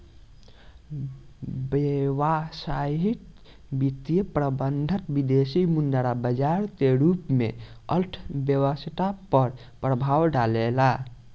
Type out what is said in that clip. व्यावसायिक वित्तीय प्रबंधन विदेसी मुद्रा बाजार के रूप में अर्थव्यस्था पर प्रभाव डालेला